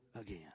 again